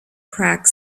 crack